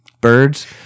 birds